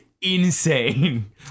insane